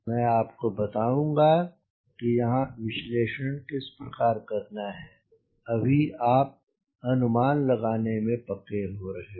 मैं आपको बताऊंगा कि यहाँ से विश्लेषण किस प्रकार करना है अभी आप अनुमान लगाने में पक्के हो रहे हो